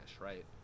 right